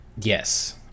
Yes